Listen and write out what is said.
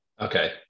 Okay